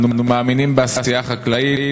אנו מאמינים בעשייה חקלאית,